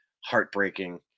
Heartbreaking